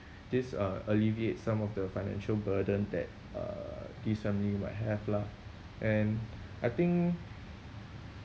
this uh alleviates some of the financial burden that uh this family might have lah and I think